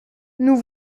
nous